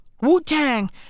Wu-Tang